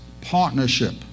partnership